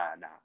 nah